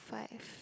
five